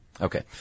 Okay